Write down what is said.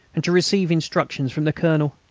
and to receive instructions from the colonel!